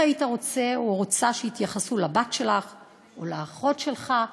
איך היית רוצה שיתייחסו לבת שלך או לאחות שלך?